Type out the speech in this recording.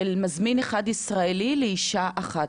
של מזמין אחד ישראלי לאישה אחת,